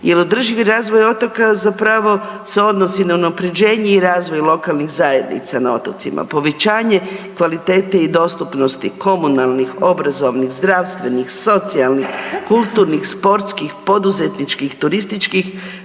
jer održivi razvoj otoka zapravo se odnosi na unapređenje i razvoj lokalnih zajednica na otocima, povećanje kvalitete i dostupnosti komunalnih, obrazovnih, zdravstvenih, socijalnih, kulturnih, sportskih, poduzetničkih, turističkih